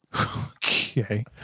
Okay